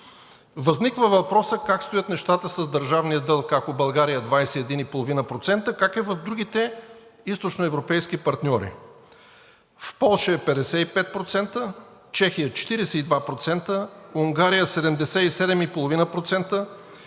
Възниква въпросът как стоят нещата с държавния дълг, ако в България е 21,5%, как е в другите източноевропейски партньори? В Полша е 55%, в Чехия е 42%, в Унгария е 77,5%,